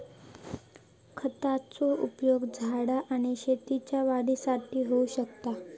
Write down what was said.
खतांचो उपयोग झाडा आणि शेतीच्या वाढीसाठी होऊ शकता